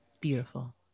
Beautiful